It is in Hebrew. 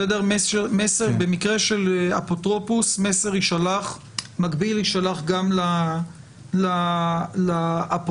במקרה של אפוטרופוס מסר מקביל יישלח גם לאפוטרופוס,